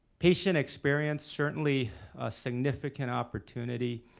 patient experience certainly a significant opportunity.